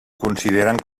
consideren